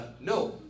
no